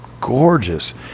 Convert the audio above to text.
gorgeous